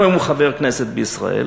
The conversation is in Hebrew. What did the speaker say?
גם אם הוא חבר כנסת בישראל.